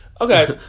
Okay